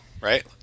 Right